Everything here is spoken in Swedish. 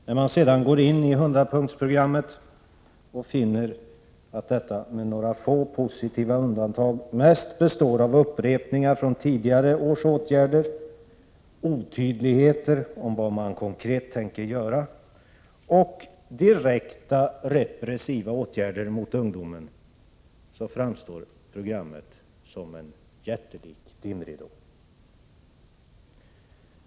När man sedan finner att detta 100-punktsprogram med några få positiva undantag mest består av upprepningar av tidigare års åtgärder, otydligheter om vad man tänker göra konkret och direkt repressiva åtgärder mot ungdomen, framstår programmet som en jättelik dimridå.